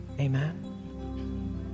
Amen